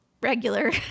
regular